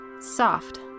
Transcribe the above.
Soft